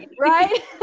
right